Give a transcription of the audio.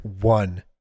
one